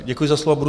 Děkuji za slovo.